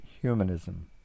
humanism